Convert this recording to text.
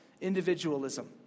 Individualism